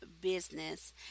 business